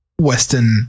Western